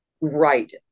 right